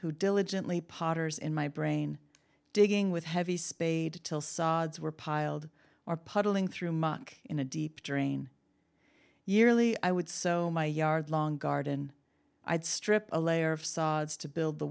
who diligently potters in my brain digging with heavy spade till sods were piled or puzzling through muck in a deep during yearly i would so my yard long garden i'd strip a layer of sods to build the